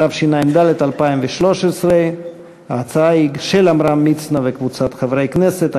התשע"ד 2013. ההצעה היא של עמרם מצנע וקבוצת חברי הכנסת.